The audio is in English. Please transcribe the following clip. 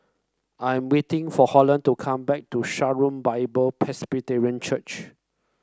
I'm waiting for Holland to come back to Shalom Bible Presbyterian Church